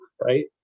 right